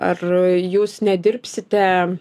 ar jūs nedirbsite